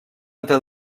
entre